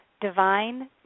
Divine